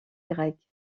grecque